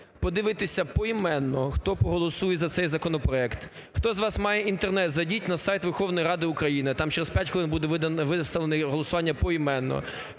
подивитися поіменно, хто проголосує за цей законопроект. Хто з вас має Інтернет, зайдіть на сайт Верховної Ради України, там через 5 хвилин буде виставлено голосування поіменно.